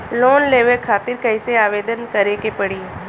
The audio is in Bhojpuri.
लोन लेवे खातिर कइसे आवेदन करें के पड़ी?